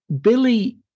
Billy